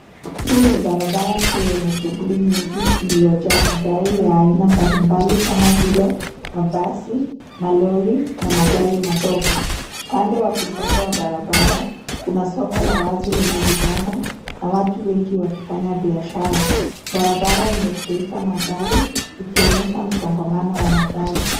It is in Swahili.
Hii ni barabara kuu yenye shughuli nyingi, iliyojaa magari ya aina mbalimbali kama vile mabasi, malori na magari madogo .Upande wa kushoto wa barabara kuna soko la wazi lenye vibanda na watu wengi wakifanya biashara. Barabara imefurika magari ikionyesha msongomano wa magari.